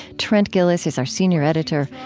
trent gilliss is our senior editor.